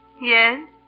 Yes